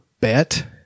bet